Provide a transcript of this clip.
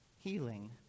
healing